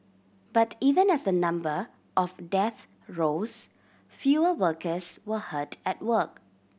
but even as the number of deaths rose fewer workers were hurt at work